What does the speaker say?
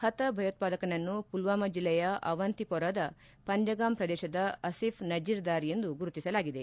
ಹತ ಭಯೋತ್ಪಾದಕನನ್ನು ಪುಲ್ವಾಮ ಜಿಲ್ಲೆಯ ಅವಂತಿ ಪೊರಾದ ಪಸ್ವಗಾಮ್ ಪ್ರದೇಶದ ಅಸಿಫ್ ನಜಿರ್ದಾರ್ ಎಂದು ಗುರುತಿಸಲಾಗಿದೆ